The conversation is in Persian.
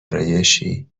ارایشی